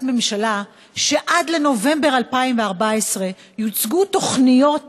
ממשלה שעד נובמבר 2014 יוצגו תוכניות